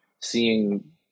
seeing